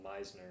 Meisner